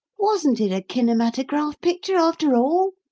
wasn't it a kinematograph picture, after all?